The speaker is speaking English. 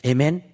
Amen